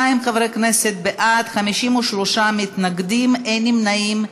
42 חברי כנסת בעד, 53 מתנגדים, אין נמנעים.